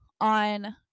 on